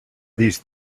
these